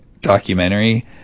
documentary